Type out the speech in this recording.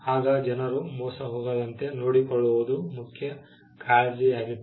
ಆಗ ಜನರು ಮೋಸ ಹೋಗದಂತೆ ನೋಡಿಕೊಳ್ಳುವುದು ಮುಖ್ಯ ಕಾಳಜಿಯಾಗಿತ್ತು